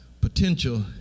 potential